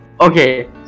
Okay